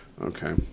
Okay